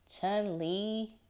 Chun-Li